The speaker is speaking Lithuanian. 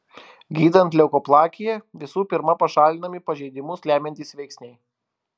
gydant leukoplakiją visų pirma pašalinami pažeidimus lemiantys veiksniai